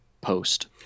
post